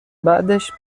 بعدش